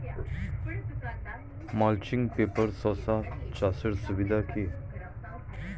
Mulching পেপারে শসা চাষের সুবিধা কি?